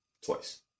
Twice